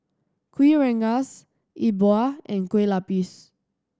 Kuih Rengas Yi Bua and Kueh Lapis